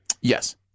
yes